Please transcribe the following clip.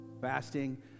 fasting